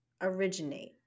originate